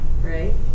right